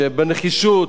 שבנחישות,